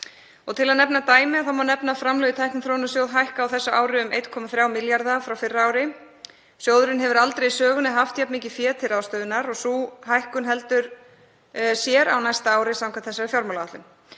Til að nefna dæmi má benda á að framlög í Tækniþróunarsjóð hækka á þessu ári um 1,3 milljarða frá fyrra ári. Sjóðurinn hefur aldrei í sögunni haft jafn mikið fé til ráðstöfunar og sú hækkun heldur sér á næsta ári samkvæmt þessari fjármálaáætlun.